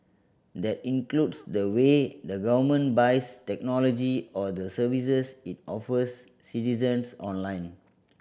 that includes the way the government buys technology or the services it offers citizens online